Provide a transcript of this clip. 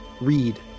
read